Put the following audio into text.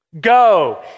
Go